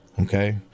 Okay